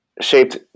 shaped